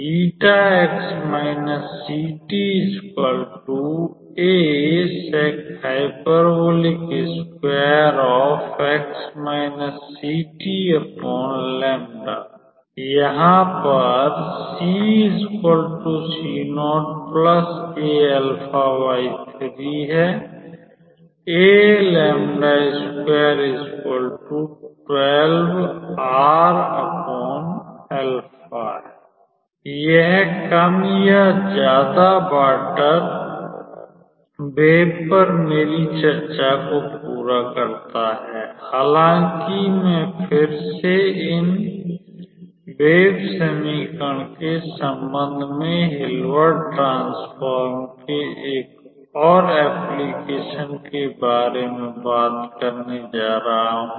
Where यहाँ पर यह कम या ज्यादा वाटर वेव पर मेरी चर्चा को पूरा करता है हालाँकि में फिर से इन वेव समीकरण के संबंध में हिल्बर्ट ट्रांसफॉर्म के एक और अनुप्रयोग के बारे में बात करने जा रहा हूँ